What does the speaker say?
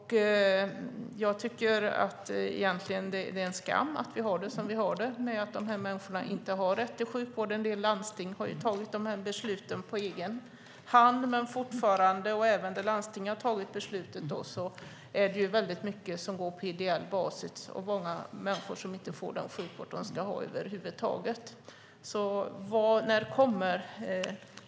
Det är egentligen en skam att vi har det som vi har det, att de här människorna inte har rätt till sjukvård. En del landsting har tagit det här beslutet på egen hand, men även där landstinget har tagit beslutet är det väldigt mycket som sker på ideell basis och många människor som inte får den sjukvård de ska ha över huvud taget.